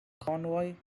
convoy